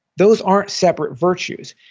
those aren't separate virtues.